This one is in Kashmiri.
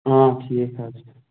آ ٹھیٖک حظ چھُ